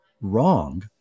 wrong